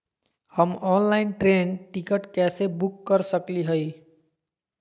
हम online train ticket कैसे book कर सकली हई?